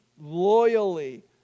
loyally